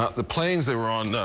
ah the planes they were on,